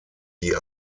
die